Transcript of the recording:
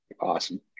awesome